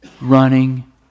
running